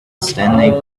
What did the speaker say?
standing